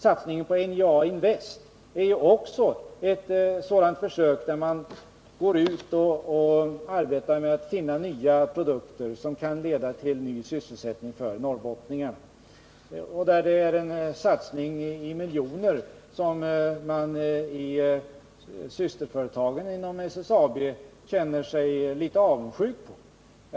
Satsningen på NJA-Invest är också ett sådant försök där man går ut och arbetar med att finna nya produkter som kan leda till sysselsättning för norrbottningarna och där det är fråga om en satsning av miljontals kronor som systerföretagen inom SSAB känner sig litet avundsjuka på.